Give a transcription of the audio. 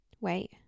wait